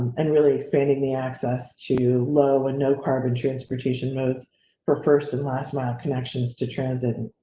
and really expanding the access to low and no carbon transportation modes for first and last mile connections to transit.